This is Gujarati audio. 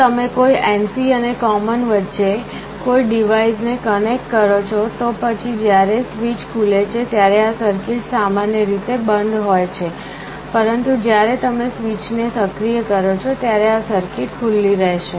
જો તમે કોઈ NC અને common વચ્ચે કોઈ ડિવાઇસ ને કનેક્ટ કરો છો તો પછી જ્યારે સ્વીચ ખુલે છે ત્યારે આ સર્કિટ સામાન્ય રીતે બંધ હોય છે પરંતુ જ્યારે તમે સ્વીચને સક્રિય કરો છો ત્યારે આ સર્કિટ ખુલ્લી રહેશે